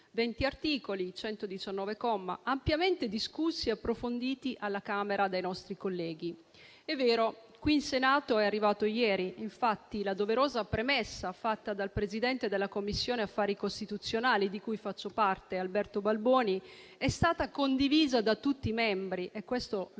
articoli, 119 commi, ampiamente discussi e approfonditi alla Camera dai nostri colleghi. È vero: qui in Senato il provvedimento è arrivato ieri. Infatti, la doverosa premessa fatta dal presidente della Commissione affari costituzionali (di cui faccio parte), Alberto Balboni, è stata condivisa da tutti i membri. E questo lo